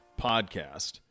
podcast